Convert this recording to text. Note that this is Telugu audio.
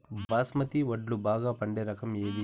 బాస్మతి వడ్లు బాగా పండే రకం ఏది